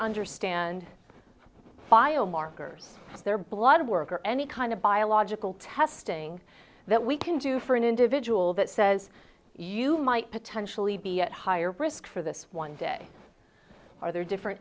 understand file markers their blood work or any kind of biological testing that we can do for an individual that says you might potentially be at higher risk for this one day are there different